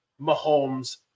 Mahomes